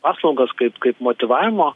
paslaugas kaip kaip motyvavimo